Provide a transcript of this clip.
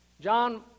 John